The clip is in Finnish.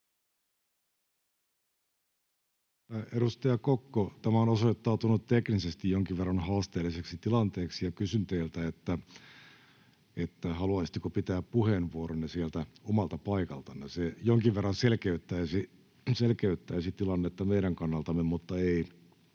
Edustaja Kokko, tämä on osoittautunut teknisesti jonkin verran haasteelliseksi tilanteeksi, ja kysyn teiltä, haluaisitteko pitää puheenvuoronne sieltä omalta paikaltanne. Se jonkin verran selkeyttäisi tilannetta meidän kannaltamme, mutta ei